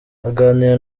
aganira